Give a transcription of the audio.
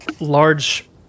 large